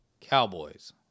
Cowboys